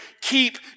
keep